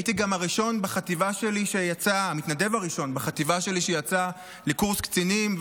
הייתי גם המתנדב הראשון בחטיבה שלי שיצא לקורס קצינים,